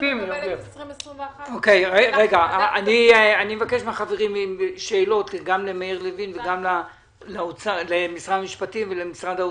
אני מבקש מהחברים שאלות גם למאיר לוין וגם למשרד האוצר.